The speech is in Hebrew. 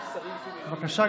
בבקשה,